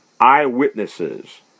eyewitnesses